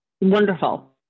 Wonderful